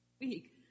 week